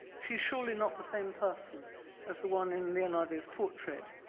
she's surely not the same person as the one in leonardo's portrait.